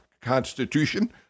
Constitution